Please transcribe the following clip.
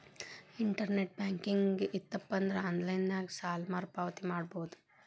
internet banking ಇತ್ತಪಂದ್ರಾ online ನ್ಯಾಗ ಸಾಲ ಮರುಪಾವತಿ ಮಾಡಬೋದು